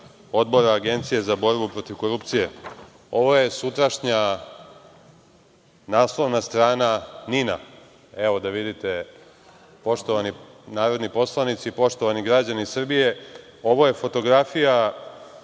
Ovo je sutrašnja naslovna strana NIN-a, evo da vidite poštovani narodni poslanici, građani Srbije. Ovo je fotografija